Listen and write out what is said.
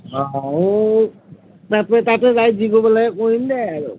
তাৰপে তাতে যায় যি কৰবা লাগেই কৰিম দে আৰু